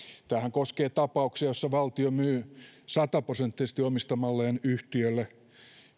tämähän koskee tapauksia joissa valtio myy sataprosenttisesti omistamalleen yhtiölle